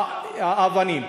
האבנים.